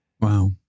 Wow